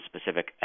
specific